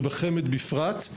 ובחמ"ד בפרט.